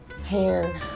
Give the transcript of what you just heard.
hair